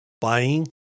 buying